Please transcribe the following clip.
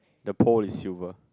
the pour is silver